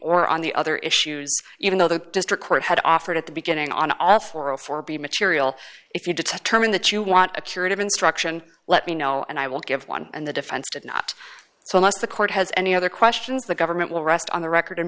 or on the other issues even though the district court had offered at the beginning on off oral for be material if you determine that you want to curative instruction let me know and i will give one and the defense did not so unless the court has any other questions the government will rest on the record in